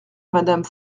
madame